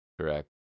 Correct